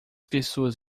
pessoas